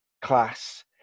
class